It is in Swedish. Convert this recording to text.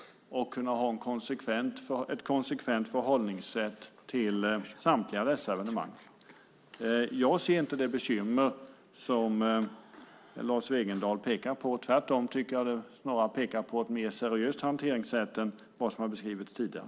Vi ska kunna ha ett konsekvent förhållningssätt till samtliga dessa evenemang. Jag ser inte det bekymmer som Lars Wegendal pekar på. Tvärtom tycker jag att det snarare pekar på ett mer seriöst hanteringssätt än vad som har beskrivits tidigare.